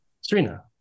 Serena